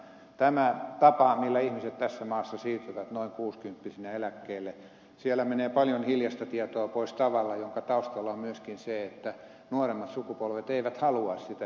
tällä tavalla millä ihmiset tässä maassa siirtyvät noin kuusikymppisinä eläkkeelle menee paljon hiljaista tietoa pois tavalla jonka taustalla on myöskin se että nuoremmat sukupolvet eivät halua sitä hiljaista tietoa enää työelämään